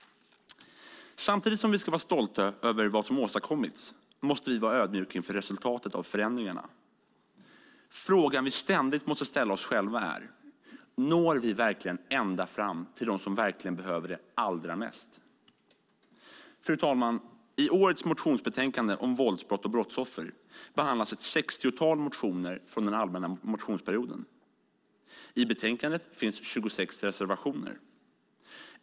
Samtidigt som vi ska vara stolta över vad som har åstadkommits måste vi vara ödmjuka inför resultatet av förändringarna. Frågan vi ständigt måste ställa oss själva är: Når vi verkligen ända fram till dem som verkligen behöver det allra mest? Fru talman! I årets motionsbetänkande om våldsbrott och brottsoffer behandlas ett sextiotal motioner från den allmänna motionstiden. I betänkandet finns 26 reservationer.